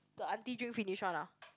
the auntie drink finish one lah